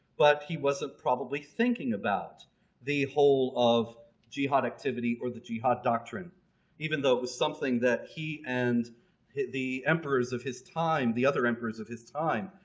but he wasn't probably thinking about the whole of jihad activity or the jihad doctrine even though it was something that he and the emperors of his time, the other emperors of his time,